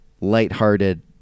lighthearted